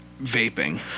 Vaping